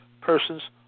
person's